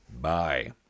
bye